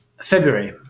February